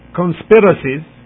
conspiracies